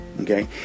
Okay